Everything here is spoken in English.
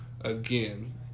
again